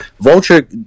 vulture